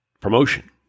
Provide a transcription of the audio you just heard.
promotion